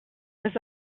was